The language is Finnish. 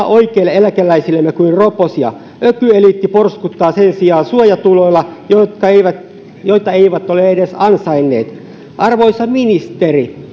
oikeille eläkeläisillemme kuin roposia ökyeliitti porskuttaa sen sijaan suojatuloilla joita eivät ole edes ansainneet arvoisa ministeri